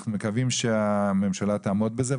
אנחנו מקווים שהממשלה תעמוד בזה.